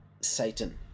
Satan